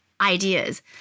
ideas